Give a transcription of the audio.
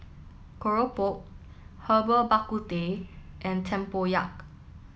Keropok Herbal Bak Ku Teh and Tempoyak